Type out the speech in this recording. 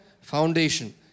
foundation